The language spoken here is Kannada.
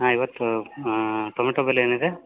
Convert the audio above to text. ಹಾಂ ಇವತ್ತು ಟೊಮೆಟೊ ಬೆಲೆ ಏನಿದೆ